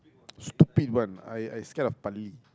stupid one I I scared of